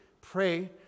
pray